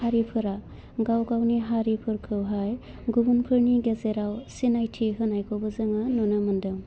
हारिफोरा गावगावनि हारिफोरखौहाय गुबुनफोरनि गेजेराव सिनायथि होनायखौबो जोङो नुनो मोन्दों